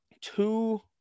two